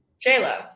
J-Lo